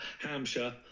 Hampshire